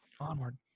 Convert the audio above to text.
Onward